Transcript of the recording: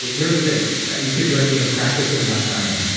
here's the thing yeah you could join me in practicing not dying.